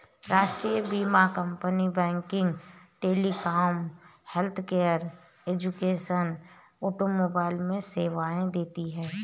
राष्ट्रीय बीमा company banking, telecom, healthcare, education, automobile में सेवाएं देती है